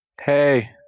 Hey